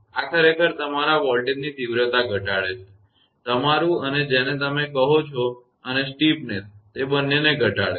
આ ખરેખર તમારી વોલ્ટેજની તીવ્રતા ઘટાડે છે તમારું અને જેને તમે કહો છો અને સ્ટીપનેસ બંને તે ઘટાડે છે